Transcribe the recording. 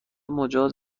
مجاز